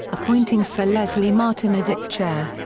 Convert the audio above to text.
appointing sir leslie martin as its chair.